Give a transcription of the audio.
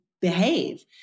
behave